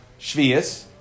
shvius